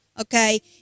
okay